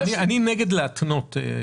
אני נגד להתנות.